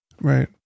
right